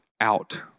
out